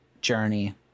journey